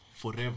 forever